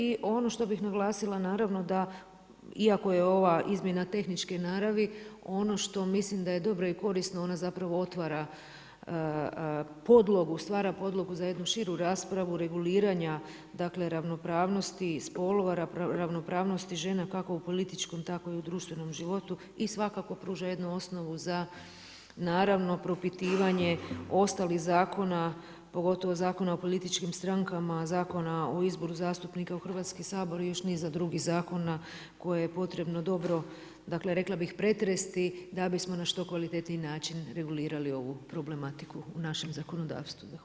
I ono što bih naglasila naravno da iako je ova izmjena tehničke naravi, ono što mislim da je dobro i korisno ona zapravo otvara podlogu, stvara podlogu za jednu širu raspravu reguliranja dakle ravnopravnosti spolova, ravnopravnosti žena kako u političkom tako i u društvenom životu i svakako pruža jednu osnovu za naravno propitivanje ostalih zakona pogotovo Zakonu o političkim strankama, Zakona o izboru zastupnika u Hrvatski sabor i još niza drugih zakona koje je potrebno dobro, dakle rekla bih, pretresti da bismo na što kvalitetniji način regulirali ovu problematiku u našem zakonodavstvu Zahvaljujem.